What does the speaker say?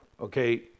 okay